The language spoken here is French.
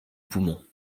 poumon